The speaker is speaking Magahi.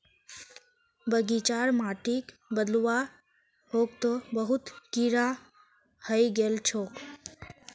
बगीचार माटिक बदलवा ह तोक बहुत कीरा हइ गेल छोक